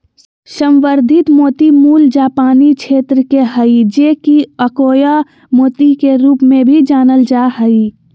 संवर्धित मोती मूल जापानी क्षेत्र के हइ जे कि अकोया मोती के रूप में भी जानल जा हइ